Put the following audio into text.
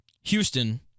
Houston